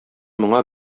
моңа